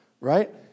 right